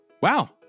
wow